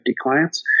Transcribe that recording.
clients